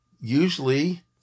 usually